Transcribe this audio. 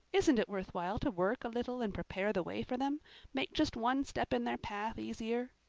isn't it worthwhile to work a little and prepare the way for them make just one step in their path easier?